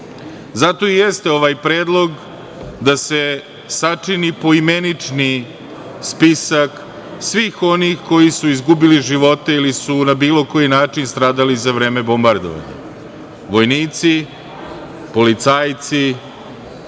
Zato i jeste ovaj Predlog da se sačini poimenični spisak svih onih koji su izgubili živote ili su na bilo koji način stradali za vreme bombardovanja, vojnici, policajci,